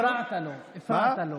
הפרעת לו, הפרעת לו.